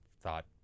thought